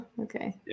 okay